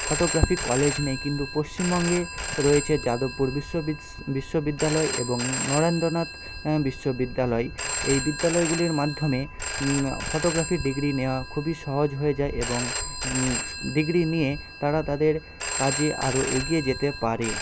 photography college নেই কিন্তু পশ্চিমবঙ্গে রয়েছে যাদবপুর বিশ্ববিদস বিশ্ববিদ্যালয় এবং নরেন্দ্রনাথ বিশ্ববিদ্যালয় এই বিদ্যালয়গুলির মাধ্যমে ফটোগ্রাফির ডিগ্রি নেওয়া খুবই সহজ হয়ে যায় এবং ডিগ্রি নিয়ে তারা তাদের কাজে আরও এগিয়ে যেতে পারে